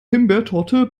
himbeertorte